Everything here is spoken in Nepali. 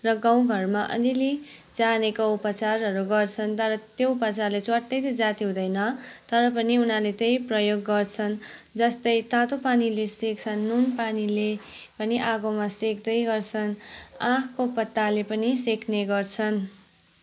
र गाउँघरमा अलिअलि जानेको उपचारहरू गर्छन् तर त्यो उपचारले च्वाट्टै चाहिँ जाती हुँदैन तर पनि उनीहरूले त्यही प्रयोग गर्छन् जस्तै तातो पानीले सेक्छन् नुन पानीले अनि आगोमा सेक्दै गर्छन् आँकको पत्ताले पनि सेक्ने गर्छन्